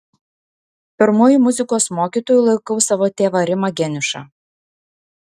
pirmuoju muzikos mokytoju laikau savo tėvą rimą geniušą